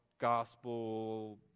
gospel